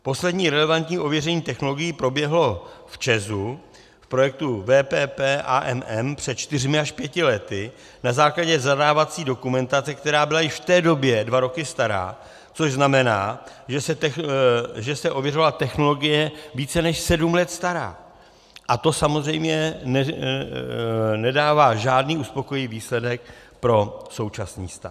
Poslední relevantní ověření technologií proběhlo v ČEZ v projektu VPP a AMM před čtyřmi až pěti lety na základě zadávací dokumentace, která byla již v té době dva roky stará, což znamená, že se ověřovala technologie více než sedm let stará, a to samozřejmě nedává žádný uspokojivý výsledek pro současný stav.